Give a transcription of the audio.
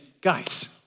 Guys